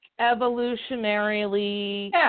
evolutionarily